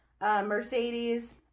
Mercedes